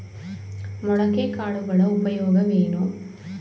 ಮೊಳಕೆ ಕಾಳುಗಳ ಉಪಯೋಗವೇನು?